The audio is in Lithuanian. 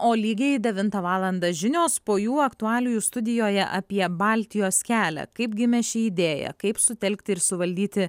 o lygiai devintą valandą žinios po jų aktualijų studijoje apie baltijos kelią kaip gimė ši idėja kaip sutelkti ir suvaldyti